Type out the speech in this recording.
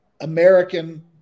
American